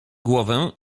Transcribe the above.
głowę